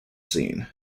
seen